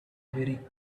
very